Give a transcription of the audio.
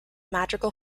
madrigal